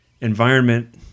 Environment